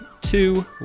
Two